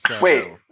Wait